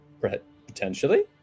potentially